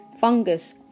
fungus